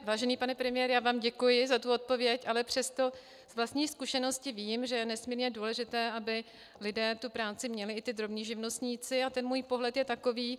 Vážený pane premiére, já vám děkuji za tu odpověď, ale přesto z vlastní zkušenosti vím, že je nesmírně důležité, aby lidé tu práci měli, i ti drobní živnostníci, a ten můj pohled je takový.